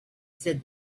said